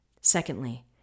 Secondly